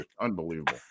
unbelievable